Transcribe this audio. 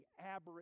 aberrant